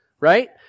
right